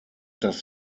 das